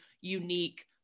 unique